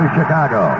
Chicago